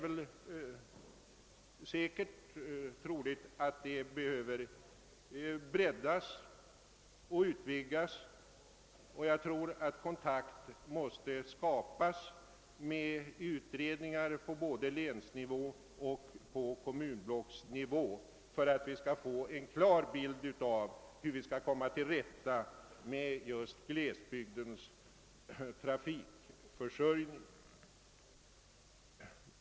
Men detta behöver säkert breddas och utvidgas, och jag tror, att utredningar måste ske både på länsnivå och på kommunblocksnivå för att vi skall få en klar bild av hur det står till med glesbygdens trafikförsörjning.